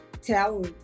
tell